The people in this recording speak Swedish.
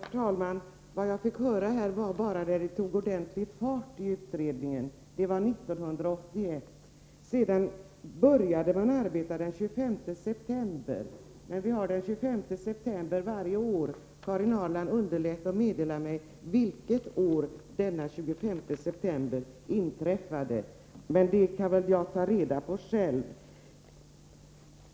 Herr talman! Vad jag fick veta nu var bara när arbetet i utredningen tog ordentlig fart; det var 1981. Utredningen tillsattes ”den 25 september”. Vi har den 25 september varje år. Karin Ahrland underlät att meddela mig vilket år ”den 25 september” inträffade, men det kan jag ta reda på själv.